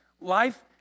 life